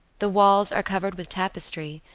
the walls are covered with tapestry,